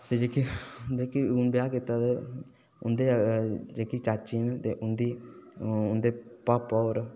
ते जेह्के हुन ब्याह् कीता दा ऐ दी जेह्की चाची न हुंदे पापा होर